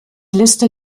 liste